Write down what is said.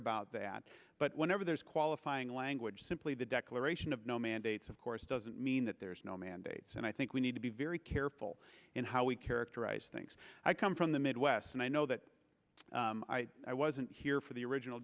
about that but whenever there's qualifying language simply the declaration of no mandates of course doesn't mean that there is no mandates and i think we need to be very careful in how we characterize things i come from the midwest and i know that i wasn't here for the original